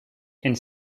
and